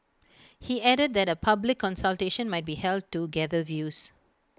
he added that A public consultation might be held to gather views